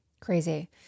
Crazy